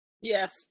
Yes